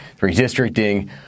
redistricting